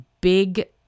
Big